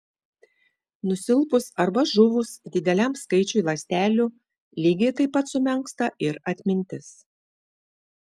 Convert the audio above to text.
nusilpus arba žuvus dideliam skaičiui ląstelių lygiai taip pat sumenksta ir atmintis